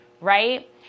right